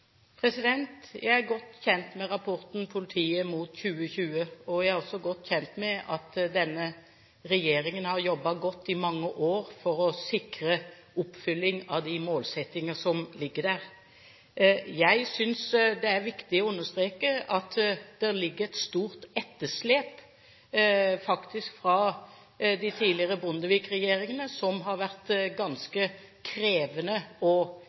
Jeg er godt kjent med rapporten Politiet mot 2020, og jeg er også godt kjent med at denne regjeringen har jobbet godt i mange år for å sikre oppfylling av de målsettinger som ligger der. Jeg synes det er viktig å understreke at det ligger et stort etterslep fra de tidligere Bondevik-regjeringene som har vært ganske krevende å etteroppfylle. Så når vi har doblet studieinntaket på Politihøgskolen og